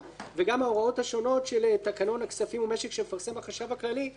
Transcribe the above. וגם ההוראות השונות של תקנון הכספים ומשק שמפרסם החשב הכללי,